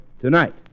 tonight